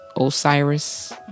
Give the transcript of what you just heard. Osiris